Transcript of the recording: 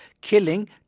killing